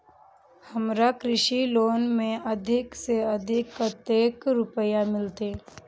हमरा कृषि लोन में अधिक से अधिक कतेक रुपया मिलते?